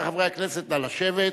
רבותי חברי הכנסת, נא לשבת.